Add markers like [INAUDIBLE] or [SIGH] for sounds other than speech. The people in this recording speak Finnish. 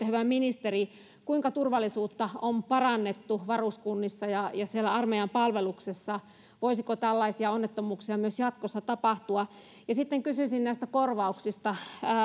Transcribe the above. [UNINTELLIGIBLE] hyvä ministeri kuinka turvallisuutta on parannettu varuskunnissa ja armeijan palveluksessa voisiko tällaisia onnettomuuksia myös jatkossa tapahtua ja sitten kysyisin näistä korvauksista